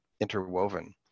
interwoven